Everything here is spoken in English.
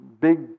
big